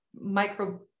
micro